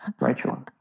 Rachel